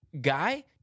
guy